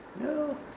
No